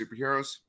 Superheroes